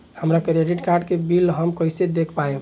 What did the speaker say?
हमरा credit card के bill हम कइसे देख पाएम?